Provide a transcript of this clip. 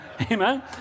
Amen